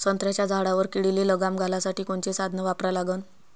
संत्र्याच्या झाडावर किडीले लगाम घालासाठी कोनचे साधनं वापरा लागन?